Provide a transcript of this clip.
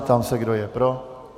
Ptám se, kdo je pro.